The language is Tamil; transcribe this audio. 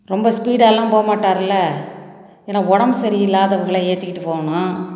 ரொம்ப ஸ்பீடாயெலாம் போக மாட்டாருல்ல ஏன்னால் உடம்பு சரியில்லாதவங்களை ஏற்றிக்கிட்டு போகணும்